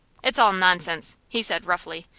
it's all nonsense! he said, roughly.